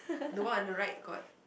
the one on the right got